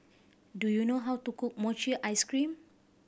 do you know how to cook mochi ice cream